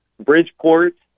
Bridgeport